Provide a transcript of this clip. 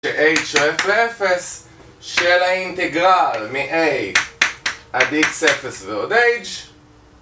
h שואף ל-0 של האינטגרל מ-a עד x0 ועוד h